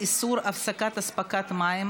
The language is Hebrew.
איסור הפסקת אספקת מים),